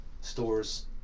stores